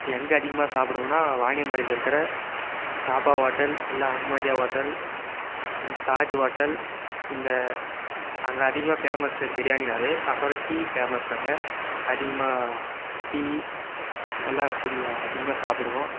எங்கே அதிகமாக சாப்பிடுவேனா வாணியம்பாடியில் இருக்கிற தாபா ஓட்டல் இல்லை அகமதியா ஓட்டல் தாஜ் ஓட்டல் இந்த அங்கே அதிகமாக ஃபேமஸு பிரியாணினாவே அப்பறம் டீ ஃபேமஸ் அங்கே அதிகமாக டீ எல்லாம் குடிக்குவேன் அதிகமாக சாப்பிடுவோம்